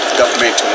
government